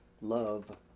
love